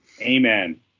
Amen